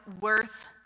worth